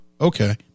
okay